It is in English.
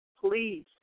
Please